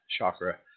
chakra